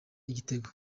igitego